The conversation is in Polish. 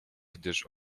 gdyż